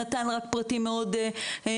נתן רק פרטים מאוד מסוימים.